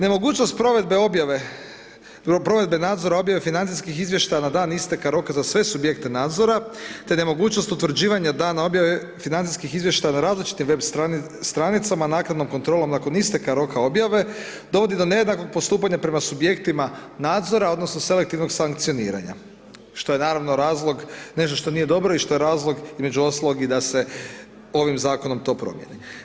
Nemogućnost provedbe nadzora objave financijskih izvještaja na dan isteka roka za sve subjekte nadzora, te nemogućnost utvrđivanja dana objave financijskih izvještaja na različitim web stranicama naknadnom kontrolom nakon isteka roka objave, dovodi do nejednakog postupanja prema subjektima nadzora odnosno selektivnog sankcioniranja, što je naravno razlog nešto što nije dobro i što je razlog, između ostalog, i da se ovim Zakonom to promijeni.